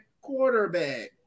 quarterback